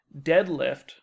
Deadlift